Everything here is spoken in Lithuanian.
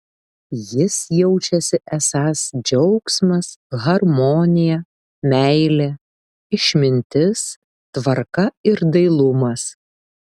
jis jaučiasi esąs džiaugsmas harmonija meilė išmintis tvarka ir dailumas